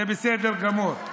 זה בסדר גמור.